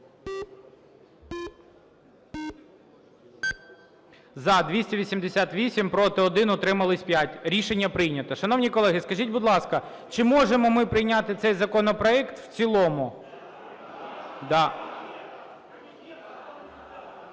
За-288 Проти – 1, утрималися – 5. Рішення прийнято. Шановні колеги, скажіть, будь ласка, чи можемо ми прийняти цей законопроект в цілому? (Шум